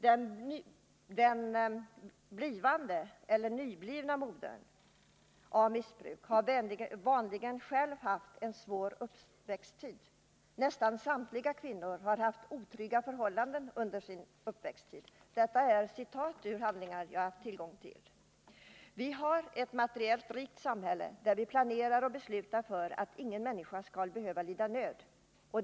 Den blivande eller nyblivna modern som är missbrukare har vanligen själv haft en svår uppväxttid. ”Nästan samtliga sådana kvinnor har haft otrygga förhållanden under sin uppväxttid.” — Detta är citat ur handlingar som jag har haft tillgång till. Vi har ett materiellt rikt samhälle, där vi planerar och beslutar för att ingen människa skall behöva lida nöd.